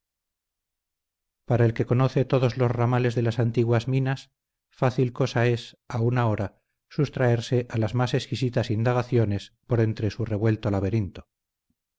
para el que conoce todos los ramales de las antiguas minas fácil cosa es aun ahora sustraerse a las más exquisitas indagaciones por entre su revuelto laberinto